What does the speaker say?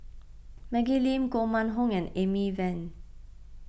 Maggie Lim Koh Mun Hong and Amy Van